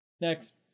next